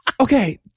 Okay